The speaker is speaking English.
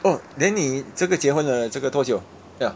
orh then 你这个结婚了这个多久 ya